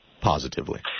positively